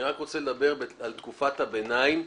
אני רוצה לדבר על תקופת הביניים,